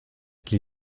qu’il